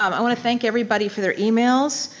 um i wanna thank everybody for their emails.